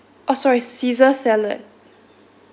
orh sorry caesar salad